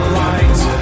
light